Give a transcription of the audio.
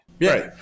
Right